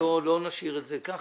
לא נשאיר את זה ככה.